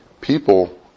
People